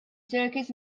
circus